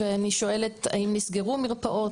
מרפאות, ואני שואלת: האם נסגרו מרפאות?